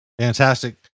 Fantastic